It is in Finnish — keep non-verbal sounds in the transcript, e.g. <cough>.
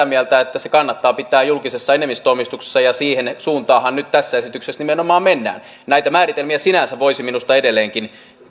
<unintelligible> mieltä se kannattaa pitää julkisessa enemmistöomistuksessa ja siihen suuntaanhan nyt tässä esityksessä nimenomaan mennään näitä määritelmiä sinänsä voisi minusta edelleenkin